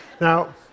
Now